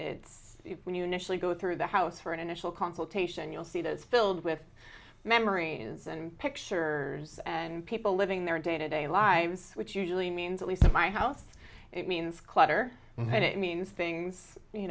it's when you initially go through the house for an initial consultation you'll see those filled with memories and pictures and people living their day to day lives which usually means at least in my house it means clutter but it means things you